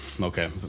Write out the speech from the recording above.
okay